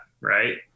Right